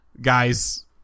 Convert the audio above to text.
guys